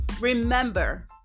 Remember